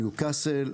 ניוקסל,